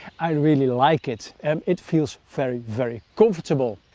i really like it, um it feels very, very comfortable.